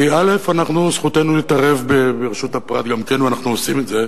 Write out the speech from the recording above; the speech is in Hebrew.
כי זכותנו להתערב בזכות הפרט, ואנחנו עושים את זה.